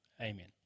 amen